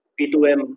P2M